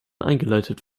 eingeleitet